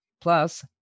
Plus